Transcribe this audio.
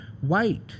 white